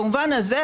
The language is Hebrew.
במובן הזה,